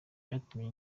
byatumye